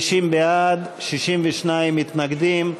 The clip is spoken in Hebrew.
50 בעד, 62 מתנגדים,